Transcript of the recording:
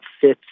fits